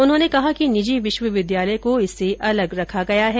उन्होंने कहा कि निजी विश्वविद्यालय को इससे अलग रखा गया है